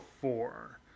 four